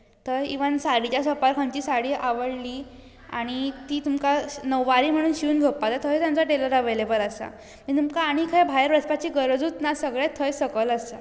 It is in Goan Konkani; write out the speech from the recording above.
तर इवन साडीच्या शॉपार साडी आवडली आनी ती तुमकां णऊवारी म्हण शिवून घेवपाक थंय तांचो टेलर अवेलेबल आसा आनी तुमकां आनी खंय भायर वचपाची गरजच ना सगळेंच थंय सकयल आसा